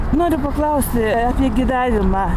noriu paklausti apie gyvenimą